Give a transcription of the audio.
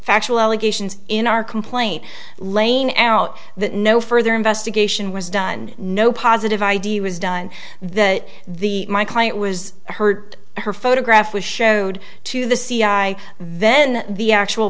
factual allegations in our complaint laying out that no further investigation was done no positive id was done that the my client was hurt her photograph was showed to the c i then the actual